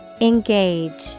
Engage